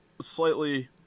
slightly